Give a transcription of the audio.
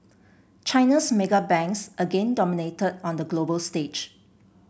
China's mega banks again dominated on the global stage